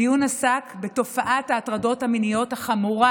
הדיון עסק בתופעת ההטרדות המיניות החמורה,